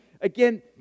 Again